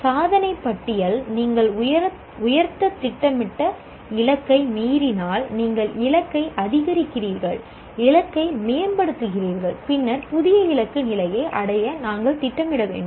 சாதனை பட்டியல் நீங்கள் உயர்த்த திட்டமிட்ட இலக்கை மீறினால் நீங்கள் இலக்கை அதிகரிக்கிறீர்கள் இலக்கை மேம்படுத்துகிறீர்கள் பின்னர் புதிய இலக்கு நிலையை அடைய நாங்கள் திட்டமிட வேண்டும்